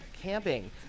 camping